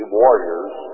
warriors